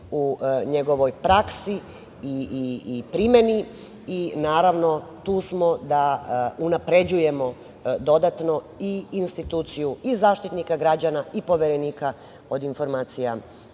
u njegovoj praksi i primeni, i naravno, tu smo da unapređujemo dodatno i instituciju i Zaštitnika građana i Poverenika od informacija